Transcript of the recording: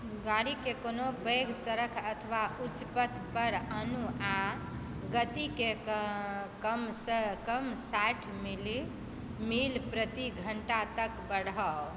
गाड़ीके कोनो पैघ सड़क अथवा उच्चपथ पर आनू आ गतिके कमसँ कम साठि मील प्रति घण्टा तक बढ़ाउ